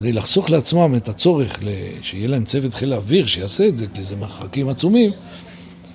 זה לחסוך לעצמם את הצורך שיהיה להם צוות חיל האוויר שיעשה את זה, כי זה מרחקים עצומים.